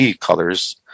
colors